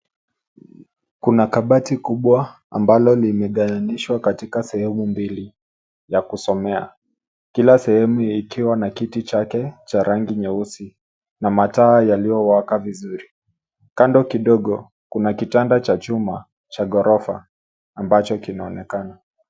Kuna kabati kubwa ambalo limegawanishwa katika sehemu mbili ya kusomea, kila sehemu ikiwa na kiti chake cha rangi nyeusi na mataa yaliyowaka vizuri. kando kidogo kuna kitanda cha chuma cha ghorofa ambacho kinaonekana